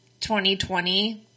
2020